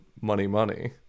money-money